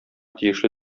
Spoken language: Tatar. тиешле